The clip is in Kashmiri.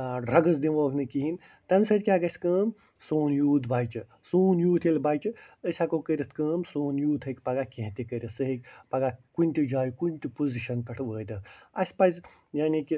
ٲں ڈرگٕس دمہوکھ نہٕ کِہیٖنۍ تَمہِ سۭتۍ کیٛاہ گَژھہِ کٲم سون یوٗتھ بچہِ سون یوٗتھ ییٚلہِ بچہِ أسۍ ہیٚکو کٔرِتھ کٲم سون یوٗتھ ہیٚکہِ پگاہ کیٚنٛہہ تہِ کٔرِتھ سُہ ہیٚکہِ پگاہ کُنہِ تہِ جایہِ کُنہِ تہِ پوزِشن پٮ۪ٹھ وٲتِتھ اسہِ پَزِ یعنی کہِ